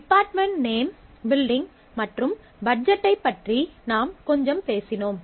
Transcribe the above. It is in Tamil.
டிபார்ட்மென்ட் நேம் பில்டிங் மற்றும் பட்ஜெட்டைப் பற்றி நாம் கொஞ்சம் பேசினோம்